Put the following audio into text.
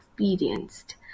experienced